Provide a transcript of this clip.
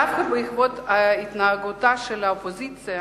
דווקא בעקבות התנהגותה של האופוזיציה